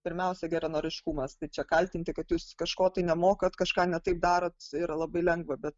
pirmiausia geranoriškumas tai čia kaltinti kad jūs kažko tai nemokat kažką ne taip darot labai lengva bet